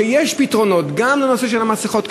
ויש פתרונות גם בנושא המסכות,